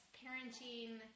parenting